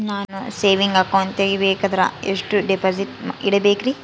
ನಾನು saving account ತೆಗಿಬೇಕಂದರ ಎಷ್ಟು ಡಿಪಾಸಿಟ್ ಇಡಬೇಕ್ರಿ?